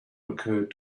occurred